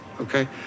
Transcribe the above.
okay